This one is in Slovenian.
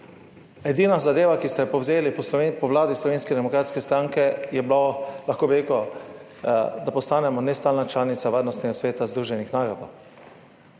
edina zadeva, ki ste jo povzeli po vladi Slovenske demokratske stranke, je bila, da postanemo nestalna članica Varnostnega sveta Združenih narodov.